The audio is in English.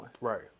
Right